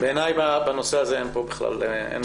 בעיניי, בנושא הזה אין מחלוקת.